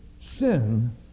sin